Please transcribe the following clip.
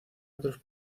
otros